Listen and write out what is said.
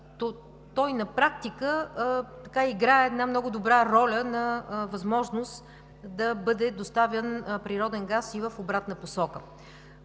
на практика играе много добра роля, за да бъде доставен природен газ и в обратна посока.